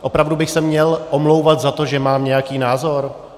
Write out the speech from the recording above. Opravdu bych se měl omlouvat za to, že mám nějaký názor?